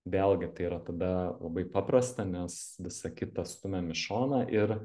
vėlgi tai yra tada labai paprasta nes visa kita stumiam į šoną ir